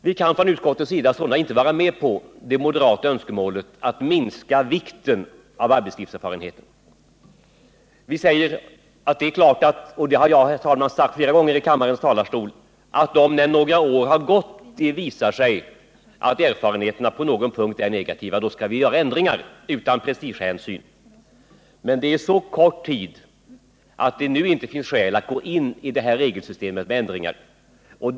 Vi kan sålunda inte från utskottsmajoriteten ställa oss bakom det moderata önskemålet att minska vikten av arbetslivserfarenheten. Vi säger — och det har jag, herr talman, framhållit flera gånger från kammarens talarstol —-att om det när några år har gått visar sig, att erfarenheterna på någon punkt är negativa, skall vi också utan prestigehänsyn genomföra ändringar på denna punkt men att det ännu förflutit så kort tid att det inte finns anledning att göra justeringar av detta regelsystem.